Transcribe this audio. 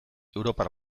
europar